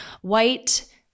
white